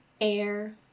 Air